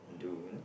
do you know